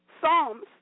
Psalms